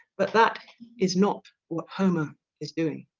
but that is not what homer is doing